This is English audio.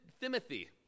Timothy